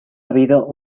habido